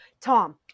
Tom